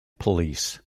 police